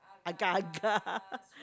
agar agar